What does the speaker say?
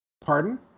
Pardon